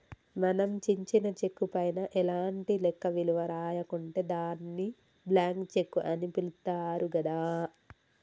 మనం చించిన చెక్కు పైన ఎలాంటి లెక్క విలువ రాయకుంటే దాన్ని బ్లాంక్ చెక్కు అని పిలుత్తారు గదా